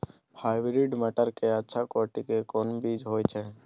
Hybrid मटर के अच्छा कोटि के कोन बीज होय छै?